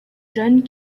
jeunes